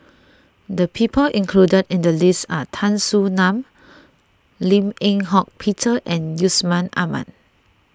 the people included in the list are Tan Soo Nan Lim Eng Hock Peter and Yusman Aman